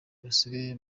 basigaye